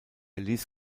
ließ